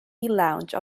lounge